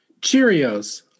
Cheerios